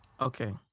Okay